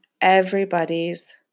everybody's